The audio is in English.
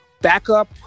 backup